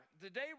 Today